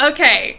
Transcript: Okay